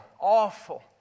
awful